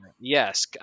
Yes